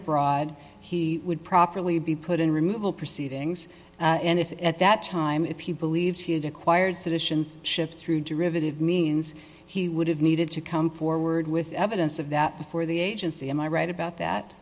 abroad he would properly be put in removal proceedings and if at that time if he believes he acquired seditions ship through derivative means he would have needed to come forward with evidence of that before the agency am i right about that